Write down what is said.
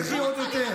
עוד יותר.